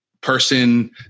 person